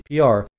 PR